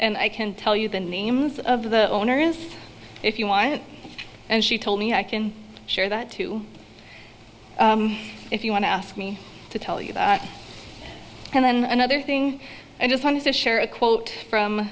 and i can tell you the names of the owners if you want and she told me i can share that too if you want to ask me to tell you and then another thing i just wanted to share a quote from